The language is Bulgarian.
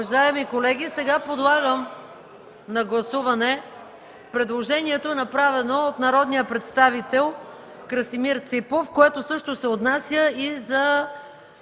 Уважаеми колеги, сега подлагам на гласуване предложението, направено от народния представител Красимир Ципов, което също се отнася и за